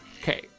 Okay